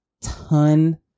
ton